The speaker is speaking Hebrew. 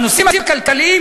בנושאים הכלכליים,